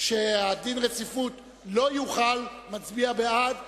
שדין הרציפות לא יוחל, מצביע בעד.